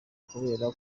kubera